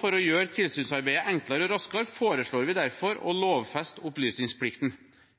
For å gjøre tilsynsarbeidet enklere og raskere foreslår vi derfor å lovfeste opplysningsplikten.